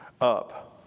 up